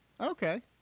okay